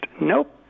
Nope